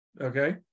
Okay